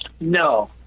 no